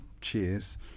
cheers